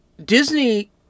Disney